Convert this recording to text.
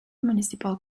municipal